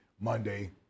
Monday